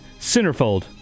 Centerfold